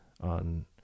on